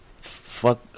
Fuck